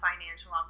financial